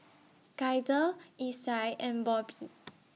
Gaither Isai and Bobbi